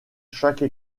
chaque